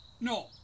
No